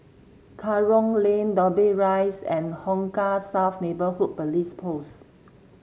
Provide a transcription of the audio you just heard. Kerong Lane Dobbie Rise and Hong Kah South Neighbourhood Police Post